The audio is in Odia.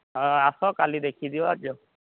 ହଉ ଆସ କାଲି ଦେଖିଦିଅ ଯେ